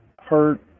hurt